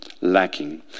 lacking